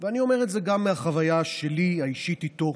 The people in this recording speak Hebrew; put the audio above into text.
ואני אומר את זה גם מהחוויה שלי האישית איתו.